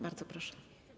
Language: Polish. Bardzo proszę.